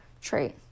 trait